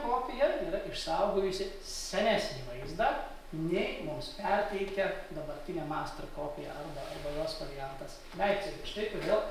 kopija yra išsaugojusi senesnį vaizdą nei mums perteikia dabartinė master kopija arba arba jos variantas leipcige štai todėl